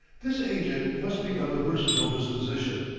this agent must be of a versatile disposition,